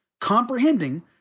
comprehending